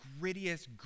grittiest